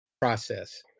process